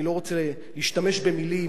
אני לא רוצה להשתמש במלים,